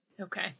Okay